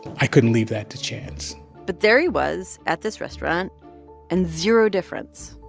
i couldn't leave that to chance but there he was at this restaurant and zero difference.